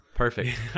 perfect